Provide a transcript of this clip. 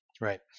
Right